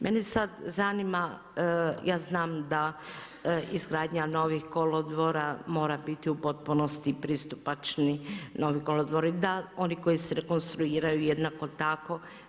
Mene sad zanima, ja znam da izgradnja novih kolodvora mora biti u potpunosti pristupačni novi kolodvori, da oni koji se rekonstruiraju jednako tako.